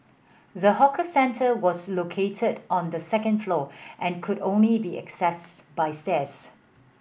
the hawker centre was located on the second floor and could only be accessed by stairs